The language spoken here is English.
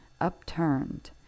upturned